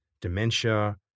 Dementia